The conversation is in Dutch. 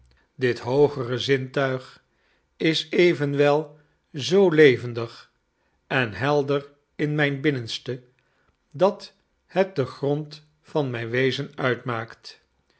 dit hoogere zintuig is evenwel zoo levendig en helder in mijn binnenste dat het de grond van mijn wezen uitmaakt